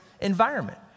environment